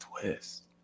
twist